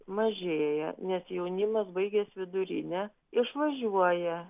mažėja nes jaunimas baigęs vidurinę išvažiuoja